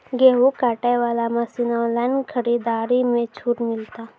गेहूँ काटे बना मसीन ऑनलाइन खरीदारी मे छूट मिलता?